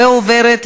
נגמר הזמן?